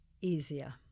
easier